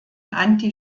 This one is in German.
anti